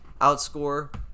outscore